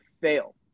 fail